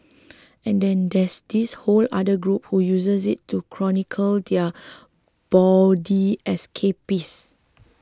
and then there's this whole other group who uses it to chronicle their bawdy escapades